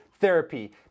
therapy